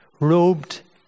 robed